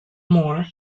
more